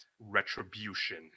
retribution